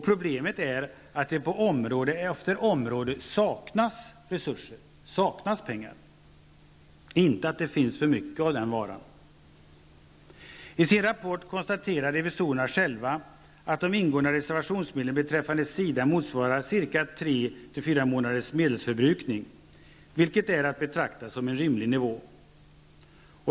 Problemet är att det på område efter område saknas pengar, inte att det finns för mycket av den varan. I sin rapport konstaterar revisorerna själva att de ingående reservationsmedlen beträffande SIDA motsvarar 3 à 4 månaders medelsförbrukning, vilket är att betrakta som en rimlig nivå.